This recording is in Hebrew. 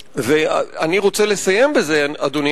אני רוצה לסיים בזה, אדוני.